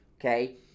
Okay